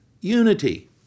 Unity